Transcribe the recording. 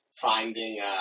finding